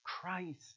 Christ